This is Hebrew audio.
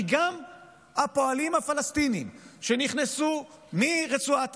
כי גם העובדים הפלסטינים שנכנסו מרצועת